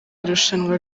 irushanwa